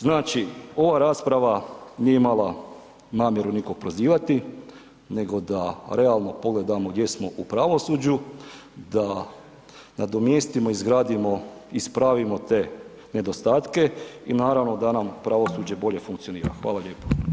Znači ova rasprava nije imala namjeru nikoga prozivati nego da realno pogledamo gdje smo u pravosuđu, da nadomjestimo i izgradimo i spravimo te nedostatke i naravno da nam pravosuđe bolje funkcionira, hvala lijepo.